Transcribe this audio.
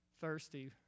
thirsty